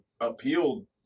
appealed